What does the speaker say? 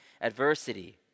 adversity